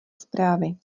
zprávy